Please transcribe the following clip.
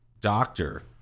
doctor